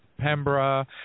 Pembra